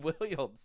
Williams